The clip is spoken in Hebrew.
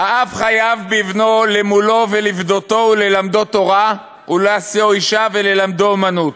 אב חייב בבנו למולו ולפדותו וללמדו תורה ולהשיאו אישה וללמדו אומנות,